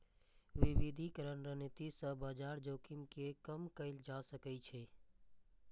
विविधीकरण रणनीति सं बाजार जोखिम कें कम कैल जा सकै छै